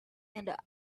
and